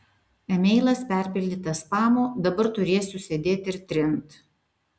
emailas perpildytas spamu dabar turėsiu sėdėt ir trint